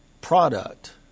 product